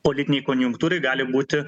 politinei konjunktūrai gali būti